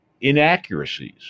inaccuracies